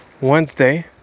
Wednesday